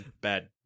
Bad